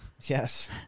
Yes